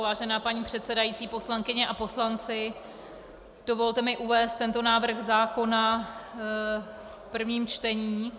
Vážená paní předsedající, poslankyně a poslanci, dovolte mi uvést tento návrh zákona v prvním čtení.